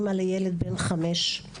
אמא לילד בן חמש.